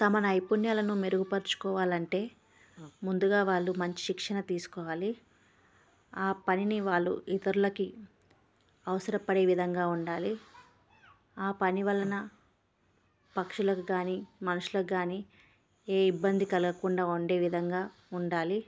తమ నైపుణ్యాలను మెరుగుపరుచుకోవాలంటే ముందుగా వాళ్ళు మంచి శిక్షణ తీసుకోవాలి ఆ పనిని వాళ్ళు ఇతరులకి అవసరపడే విధంగా ఉండాలి ఆ పని వలన పక్షులకు కాని మనుషులకు కాని ఏ ఇబ్బంది కలగకుండా ఉండే విధంగా ఉండాలి